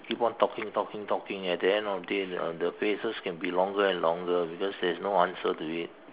keep on talking talking talking at the end of the day the the phrases can be longer and longer because there is no answer to it